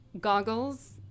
goggles